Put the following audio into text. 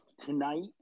tonight